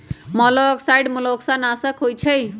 मोलॉक्साइड्स मोलस्का नाशक होइ छइ